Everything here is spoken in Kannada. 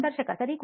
ಸಂದರ್ಶಕ ಸರಿ